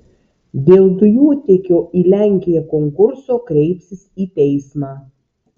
dėl dujotiekio į lenkiją konkurso kreipsis į teismą